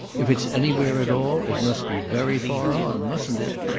if it's anywhere at all it must be very far on, mustn't it?